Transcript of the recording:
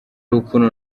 ukuntu